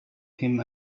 him